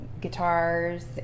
guitars